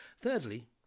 Thirdly